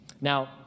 Now